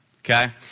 Okay